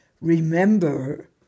remember